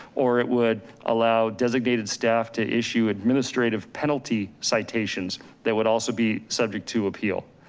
or it would allow designated staff to issue administrative penalty citations that would also be subject to appeal.